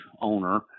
owner